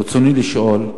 רצוני לשאול: